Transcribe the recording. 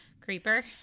Creeper